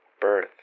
birth